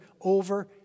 over